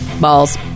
Balls